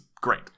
great